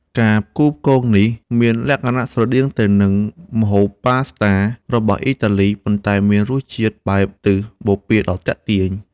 ការផ្គូផ្គងនេះមានលក្ខណៈស្រដៀងទៅនឹងម្ហូបប៉ាស្តារបស់អ៊ីតាលីប៉ុន្តែមានរសជាតិបែបទិសបូព៌ាដ៏ទាក់ទាញ។